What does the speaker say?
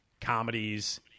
comedies